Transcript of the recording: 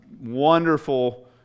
wonderful